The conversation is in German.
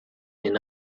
den